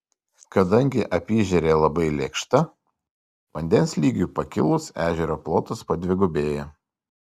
kadangi apyežerė labai lėkšta vandens lygiui pakilus ežero plotas padvigubėja